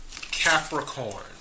Capricorn